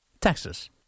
Texas